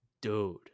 Dude